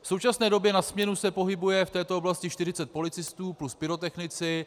V současné době na směnu se pohybuje v této oblasti 40 policistů plus pyrotechnici.